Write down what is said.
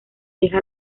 deja